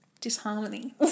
Disharmony